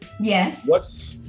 Yes